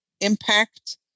impact